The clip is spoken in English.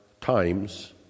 times